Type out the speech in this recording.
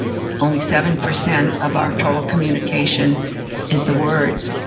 only seven percent of our total communication is the words.